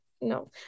no